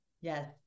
Yes